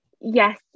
yes